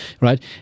right